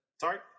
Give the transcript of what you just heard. sorry